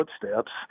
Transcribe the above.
footsteps